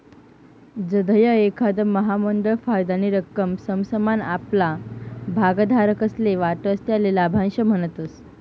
जधय एखांद महामंडळ फायदानी रक्कम समसमान आपला भागधारकस्ले वाटस त्याले लाभांश म्हणतस